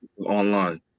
online